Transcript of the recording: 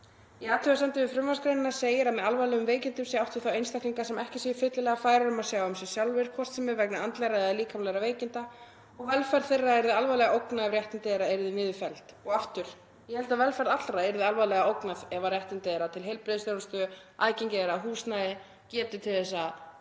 Í athugasemdum við frumvarpsgreinina segir að með alvarlegum veikindum sé átt við þá einstaklinga sem ekki séu fyllilega færir um að sjá um sig sjálfir, hvort sem er vegna andlegra eða líkamlegra veikinda, og velferð þeirra yrði alvarlega ógnað ef réttindi þeirra yrðu niður felld.“ Og aftur: Ég held að velferð allra yrði alvarlega ógnað ef réttindi þeirra til heilbrigðisþjónustu, aðgengi þeirra að húsnæði, getu til að